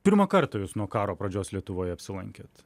pirmą kartą jūs nuo karo pradžios lietuvoj apsilankėt